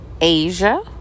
Asia